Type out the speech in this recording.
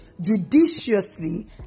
judiciously